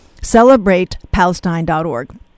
CelebratePalestine.org